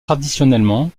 traditionnellement